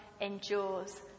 endures